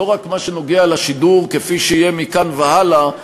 לא רק שנוגע לשידור כפי שיהיה מכאן והלאה,